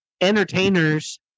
entertainers